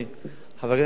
בגלל שההסכם הקואליציוני,